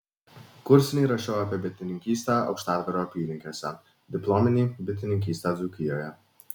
kursinį rašiau apie bitininkystę aukštadvario apylinkėse diplominį bitininkystę dzūkijoje